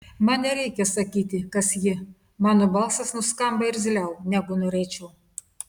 man nereikia sakyti kas ji mano balsas nuskamba irzliau negu norėčiau